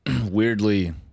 Weirdly